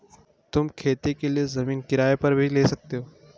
तुम खेती के लिए जमीन किराए पर भी ले सकते हो